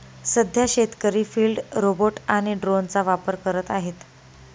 सध्या शेतकरी field robot आणि ड्रोनचा वापर करत आहेत